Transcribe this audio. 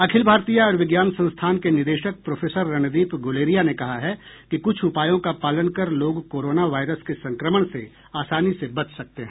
अखिल भारतीय आयुर्विज्ञान संस्थान के निदेशक प्रोफेसर रणदीप गुलेरिया ने कहा है कि कुछ उपायों का पालन कर लोग कोरोना वायरस के संक्रमण से आसानी से बच सकते हैं